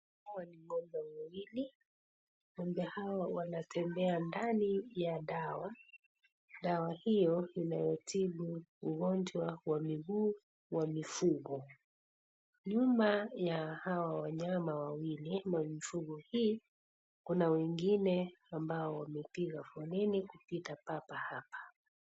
Hawa ni ng'ombe wawili ng'ombe hawo wanatembea ndani ya dawa ,dawa hiyo inayotibu ugonjwa wa miguu wa mifugo nyuma ya hawo wanyama wawili ama mifugo hii kuna wengine ambao wamepiga foleni kipita pabahaba.